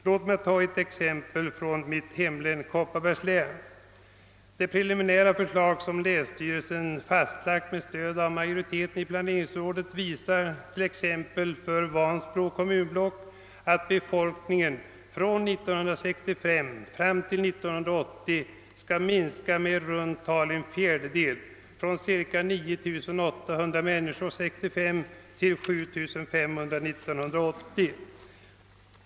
Låt mig ta ett exempel från mitt hemlän, Kopparbergs län. Det preliminära förslag som länsstyrelsen fastlagt med stöd av majoriteten i planeringsrådet visar, att befolkningen i Vansbro kommunblock från 1965 till 1980 kommer att minska med i runt tal en fjärdedel, från 9 800 till 7 500 invånare.